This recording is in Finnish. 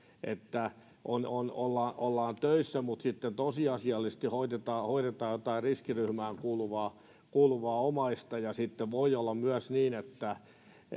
että ollaan ollaan töissä mutta sitten tosiasiallisesti hoidetaan hoidetaan jotain riskiryhmään kuuluvaa kuuluvaa omaista sitten voi olla myös niin